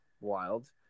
wild